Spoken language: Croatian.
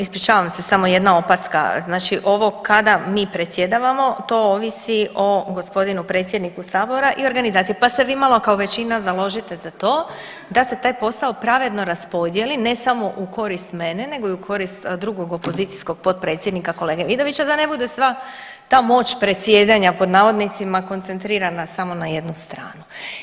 Ispričavam se samo jedna opaska, znači ovo kada mi predsjedavamo to ovisi o g. predsjedniku sabora i organizaciji, pa se vi malo kao većina založite za to da se taj posao pravedno raspodijeli, ne samo u korist mene nego i u korist drugog opozicijskog predsjednika kolege Vidovića i da ne bude sva ta „moć predsjedanja“ koncentrirana samo na jednu stranu.